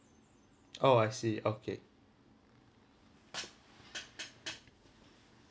oh I see okay